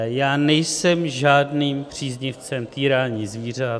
Já nejsem žádným příznivcem týrání zvířat.